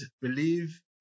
believe